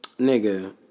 Nigga